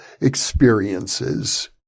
Experiences